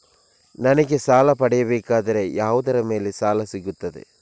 ನನಗೆ ಸಾಲ ಪಡೆಯಬೇಕಾದರೆ ಯಾವುದರ ಮೇಲೆ ಸಾಲ ಸಿಗುತ್ತೆ?